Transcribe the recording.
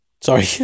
Sorry